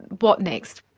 what next?